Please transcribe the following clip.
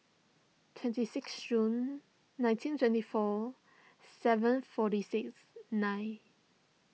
twenty six June nineteen twenty four seven forty six nine